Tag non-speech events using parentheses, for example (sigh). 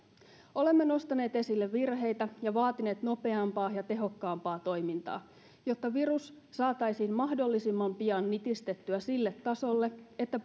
olemme nostaneet esille virheitä ja vaatineet nopeampaa ja tehokkaampaa toimintaa jotta virus saataisiin mahdollisimman pian nitistettyä sille tasolle että (unintelligible)